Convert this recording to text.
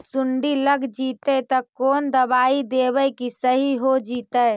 सुंडी लग जितै त कोन दबाइ देबै कि सही हो जितै?